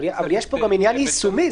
אבל יש כאן גם עניין יישומי.